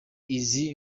izi